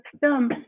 film